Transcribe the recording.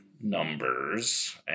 numbers